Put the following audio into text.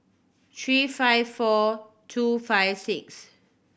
three five four two five six